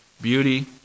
beauty